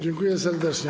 Dziękuję serdecznie.